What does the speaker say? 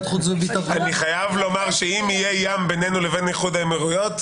אני חייב לומר שאם יהיה ים בינינו לבין איחוד האמירויות,